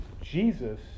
Jesus